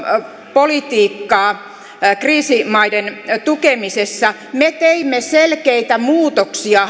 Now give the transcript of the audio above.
politiikkaa kriisimaiden tukemisessa me teimme hallituksessa selkeitä muutoksia